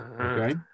okay